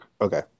Okay